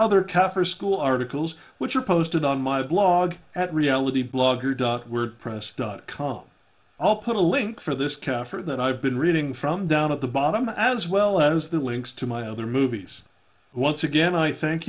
other kaffir school articles which are posted on my blog at reality blogger dot wordpress dot com i'll put a link for this kaffir that i've been reading from down at the bottom as well as the links to my other movies once again i thank